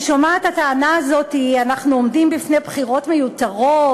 אני שומעת את הטענה הזאת: אנחנו עומדים בפני בחירות מיותרות,